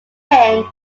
pin